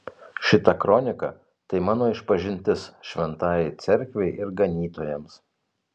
šita kronika tai mano išpažintis šventajai cerkvei ir ganytojams